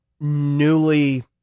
newly